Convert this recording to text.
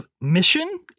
mission